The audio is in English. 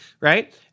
right